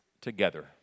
together